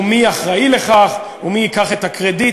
מי אחראי לכך ומי ייקח את הקרדיט,